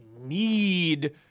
need